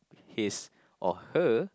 his or her